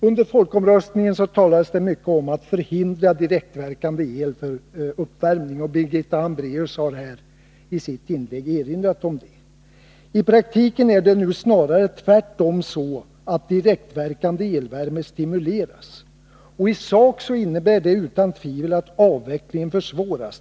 Under folkomröstningen talades det mycket om att förhindra direktverkande el för uppvärmning. Birgitta Hambraeus har i sitt inlägg erinrat om det. I praktiken är det snarare tvärtom — direktverkande elvärme stimuleras. I sak innebär det utan tvivel att avvecklingen försvåras.